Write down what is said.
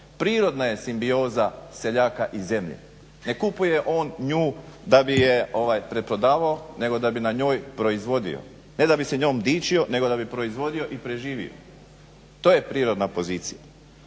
Prirodan je simbioza seljaka i zemlje, ne kupuje on nju da bi je preprodavao, nego da bi na njoj proizvodio, ne da bi se njom dičio, nego da bi proizvodio i preživio. To je prirodna pozicija,